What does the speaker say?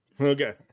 Okay